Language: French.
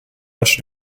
match